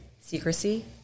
secrecy